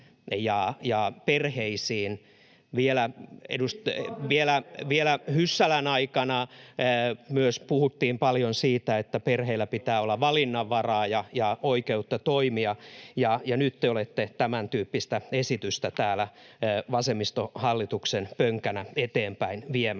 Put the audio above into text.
välihuuto] Vielä Hyssälän aikana puhuttiin myös paljon siitä, että perheillä pitää olla valinnanvaraa ja oikeutta toimia, ja nyt te olette tämäntyyppistä esitystä täällä vasemmistohallituksen pönkänä eteenpäinviemässä.